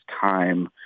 time